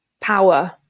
power